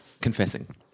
confessing